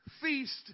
feast